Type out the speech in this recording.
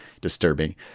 disturbing